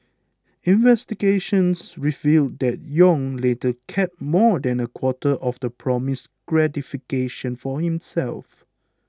investigations revealed that Yong later kept more than a quarter of the promised gratification for himself